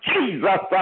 Jesus